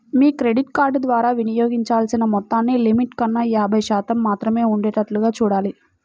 మీ credit card ద్వారా వినియోగించాల్సిన మొత్తాన్ని లిమిట్ కన్నా యాభై శాతం మాత్రమే ఉండేటట్లుగా చూడాలి